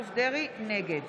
נגד